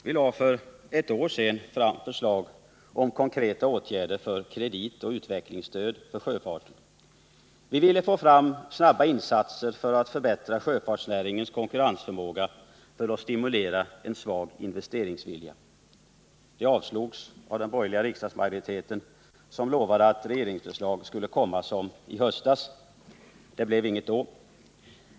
Vi lade för ett år sedan fram förslag om konkreta åtgärder för kredit och utvecklingsstöd till sjöfarten. Vi ville få fram snabba insatser för att förbättra sjöfartsnäringens konkurrensförmåga och för att stimulera en svag investeringsvilja. Förslaget avstyrktes av den borgerliga riksdagsmajoriteten, som lovade att ett regeringsförslag skulle komma som i höstas, men så blev det inte.